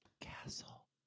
castle